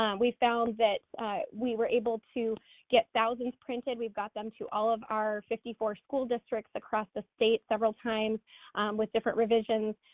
um we found that we were able to get thousands printed. we've got them to all of our fifty four school districts across the state several times with different revisions.